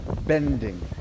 bending